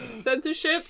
censorship